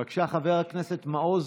בבקשה, חבר הכנסת מעוז,